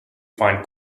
find